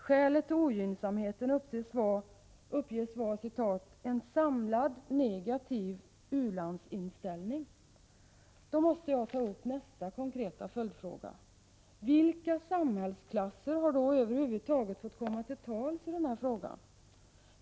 Skälet till ogynnsamheten uppges vara ”en samlad negativ u-landsinställning”. Jag måste då ta upp nästa konkreta följdfråga: Vilka samhällsklasser har över huvud taget fått komma till tals i den här frågan?